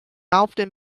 often